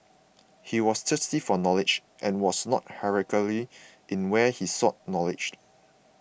he was thirsty for knowledge and was not in where he sought knowledge